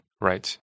Right